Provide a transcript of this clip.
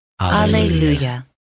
Alleluia